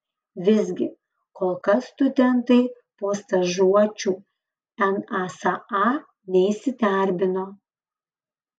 visgi kol kas studentai po stažuočių nasa neįsidarbino